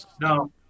no